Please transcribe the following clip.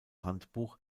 handbuch